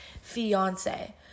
fiance